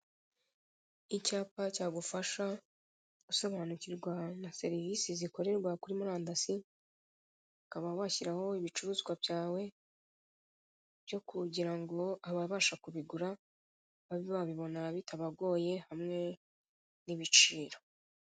Icyapa cyagufasha gusobanukirwa na serivise zikorerwa kuri murandasi, ukaba washyiraho ibicuruzwa byawe byo kugira ngo ababasha kubigura babe babibona bitabagoye hamwe n'ibiciro.